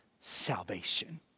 salvation